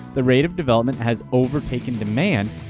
the rate of development has overtaken demand,